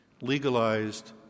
legalized